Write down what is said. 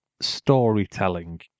storytelling